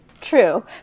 true